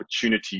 opportunity